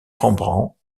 rembrandt